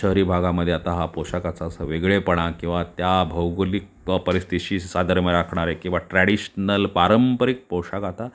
शहरी भागामध्ये आता हा पोशाखाचा असा वेगळेपणा किंवा त्या भौगोलिक प परिस्थितीशी साधर्म्य राखणारे किंवा ट्रॅडिशनल पारंपरिक पोशाख आता